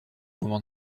moment